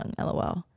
lol